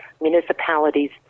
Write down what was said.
municipalities